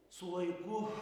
su laiku